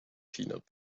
peanut